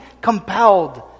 compelled